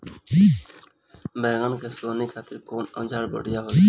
बैगन के सोहनी खातिर कौन औजार बढ़िया होला?